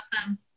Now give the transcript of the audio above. awesome